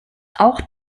auch